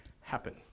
happen